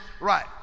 Right